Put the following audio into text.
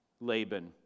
Laban